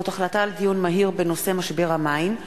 בעקבות דיון מהיר בנושא: משבר המים,